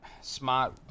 smart